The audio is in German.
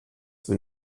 wenn